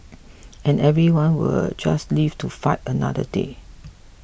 and everyone will just live to fight another day